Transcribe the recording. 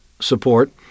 support